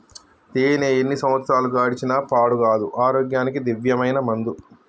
తేనే ఎన్ని సంవత్సరాలు గడిచిన పాడు కాదు, ఆరోగ్యానికి దివ్యమైన మందు